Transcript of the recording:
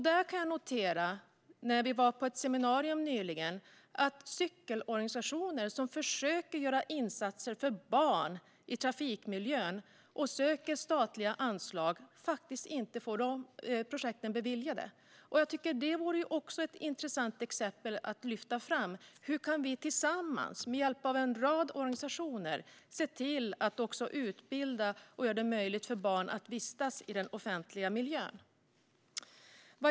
När vi nyligen var på ett seminarium noterade jag att cykelorganisationer som försöker göra insatser för barn i trafikmiljön och söker statliga anslag faktiskt inte får projekten beviljade. Det vore också ett intressant exempel att lyfta fram. Hur kan vi tillsammans med hjälp av en rad organisationer se till att utbilda och göra det möjligt för barn att vistas i den offentliga miljön?